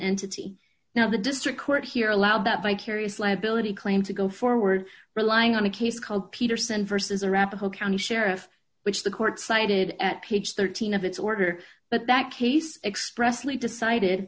entity now the district court here allow that vicarious liability claim to go forward relying on a case called peterson versus arapahoe county sheriff which the court cited at page thirteen of its order but that case expressly decided